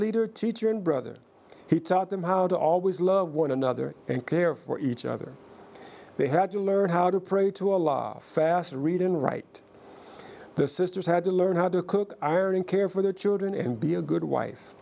leader teacher and brother he taught them how to always love one another and care for each other they had to learn how to pray to allah fast read and write the sisters had to learn how to cook ironing care for their children and be a good wife